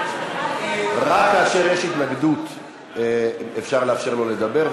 רק כאשר יש התנגדות אפשר לאפשר לו לדבר.